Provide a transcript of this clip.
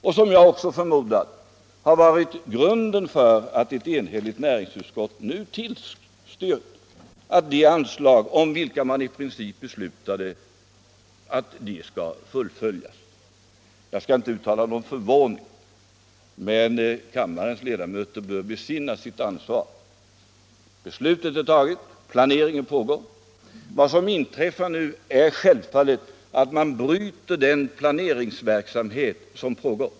Jag förmodar att detta material också varit grunden för att ett enhälligt näringsutskott nu tillstyrkt det anslag som begärts och som man i princip beslutat om. Jag skall inte uttala någon förvåning, men kammarens ledamöter bör besinna sitt ansvar. Beslutet är fattat, planeringen pågår. Vad som inträffar nu är självfallet att man bryter den planeringsverksamhet som pågår.